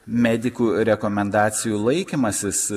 medikų rekomendacijų laikymasis